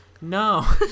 No